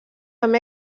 amb